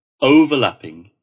overlapping